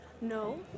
No